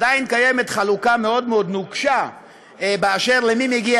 עדיין קיימת חלוקה נוקשה מאוד מאוד באשר למי מגיע